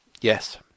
yes